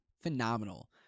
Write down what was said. Phenomenal